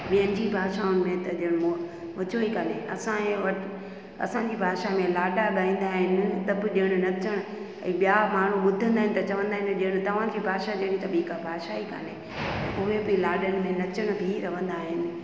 ॿियनि जी भाषाउनि में त ॼण मो मज़ो ई काने असांजे वटि असांजी भाषा में लाॾा गाईंदा आहियूं टप ॾियणु नचण ऐं ॿिया माण्हू ॿुधंदा आहिनि त चवंदा आहिनि ॼण तव्हांजी भाषा जहिड़ी त ॿीं का भाषा ई कान्हे ऐं उहे बि लाॾनि में नचनि बि रहंदा आहिनि